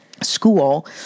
school